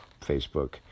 Facebook